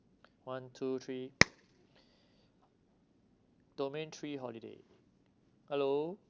one two three domain three holiday hello